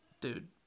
Dude